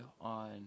on